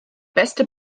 beste